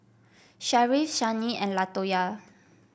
Sharif Shani and Latoya